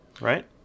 right